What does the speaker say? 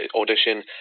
audition